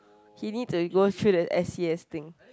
he need to go through the s_c_s thing